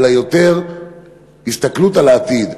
אלא יותר הסתכלות על העתיד,